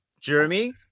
Jeremy